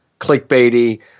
clickbaity